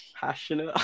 Passionate